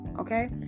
Okay